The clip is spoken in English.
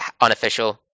unofficial